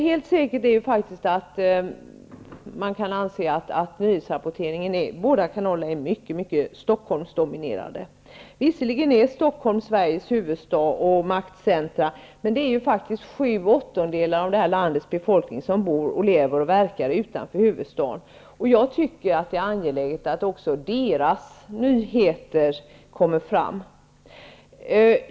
Helt säkert är ändå att nyhetsrapporteringen i båda kanalerna är mycket mycket Stockholmsdominerad. Visserligen är Stockholm Sveriges huvudstad och maktcentrum, men sju åttondelar av det här landets befolkning lever och verkar faktiskt utanför huvudstaden. Jag tycker att det är angeläget att också deras nyheter kommer fram.